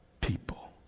people